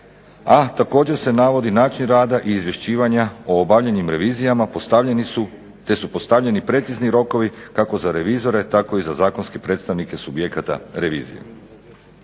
A također se navodi način rada i izvješćivanja o obavljenim revizijama te su postavljeni precizni rokovi kako za revizore tako i za zakonske predstavnike subjekata revizije.